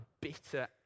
bitter